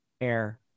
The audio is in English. air